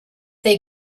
they